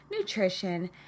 nutrition